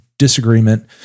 disagreement